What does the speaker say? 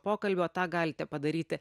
pokalbio tą galite padaryti